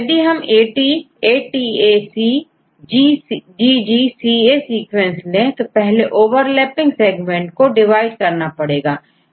यदि हमAT ATA C GG CA sequence ले तो पहले ओवरलैपिंग सेगमेंट को डिवाइड करना पड़ेगा